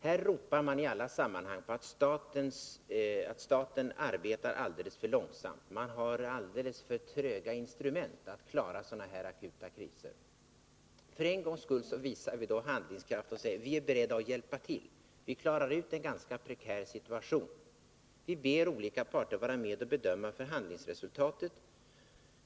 Här klagar man i alla sammanhang över att staten arbetar för långsamt — instrumenten är alldeles för tröga för att klara sådana här akuta kriser. För en gångs skull visar vi då handlingskraft och säger: Vi är beredda att hjälpa till. Vi klarar ut en ganska prekär situation. Vi ber olika parter vara med och bedöma förhandlingsresultatet.